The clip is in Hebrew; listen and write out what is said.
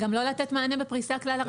וגם לא לתת מענה בפריסה כלל ארצית.